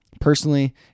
Personally